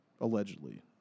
Allegedly